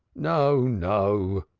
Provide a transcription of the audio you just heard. no, no.